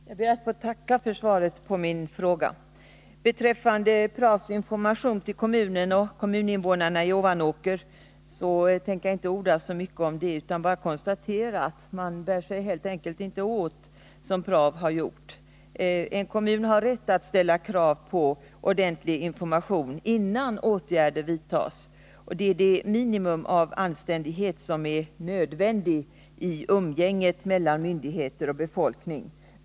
Herr talman! Jag ber att få tacka för svaret på min fråga. Jag tänker inte orda så mycket om Pravs information till Ovanåkers kommun och dess invånare, utan bara konstatera att man helt enkelt inte bär sig åt på det sätt som Prav har gjort. En kommun har rätt att ställa krav på ordentlig information innan åtgärder vidtas. Det är det minimum av anständighet som är nödvändigt i umgänget mellan myndigheter och befolkning.